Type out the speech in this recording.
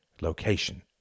location